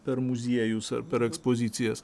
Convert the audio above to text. per muziejus ar per ekspozicijas